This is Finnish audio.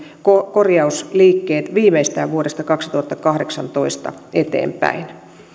korjausliikkeet viimeistään vuodesta kaksituhattakahdeksantoista eteenpäin